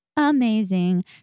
Amazing